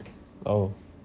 oh